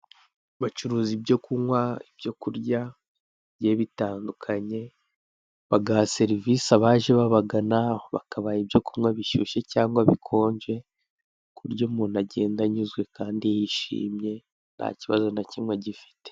bacuruza ibyo kunkwa ibyo kurya bigiye bitandukanye bagaha serivise abaje babagana bakabaha ibyo kunkwa bishyushye cyangwa bikonje kuburyo umuntu agenda anyuzwe kandi yishimye ntakibazo na kimwe agifite.